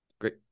Great